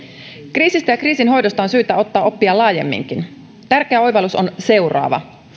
kriisistä ja kriisinhoidosta on syytä ottaa oppia laajemminkin tärkeä oivallus on seuraava